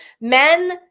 men